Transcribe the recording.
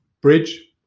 Bridge